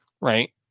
right